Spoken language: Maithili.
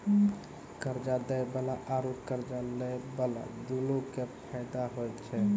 कर्जा दै बाला आरू कर्जा लै बाला दुनू के फायदा होय छै